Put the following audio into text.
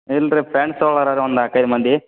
ಇಲ್ಲ ರೀ ಫ್ರೆಂಡ್ಸ್ ಹೋಗರರ ಒಂದು ನಾಲ್ಕೈದು ಮಂದಿ